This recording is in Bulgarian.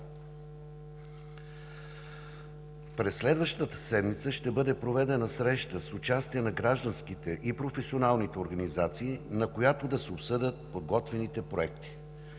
През следващата седмица ще бъде проведена среща с участие на гражданските и професионалните организации, на която да се обсъдят подготвените проекти.